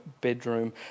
bedroom